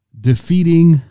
defeating